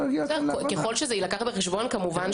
יש